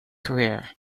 career